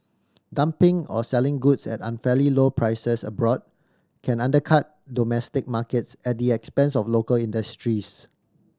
dumping or selling goods at unfairly low prices abroad can undercut domestic markets at the expense of local industries